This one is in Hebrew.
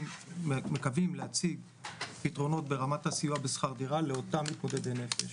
מקווים להציג פתרונות ברמת הסיוע בשכר דירה לאותם מתמודדי נפש